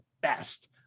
best